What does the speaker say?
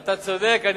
אתה צודק.